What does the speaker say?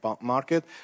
market